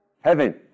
Heaven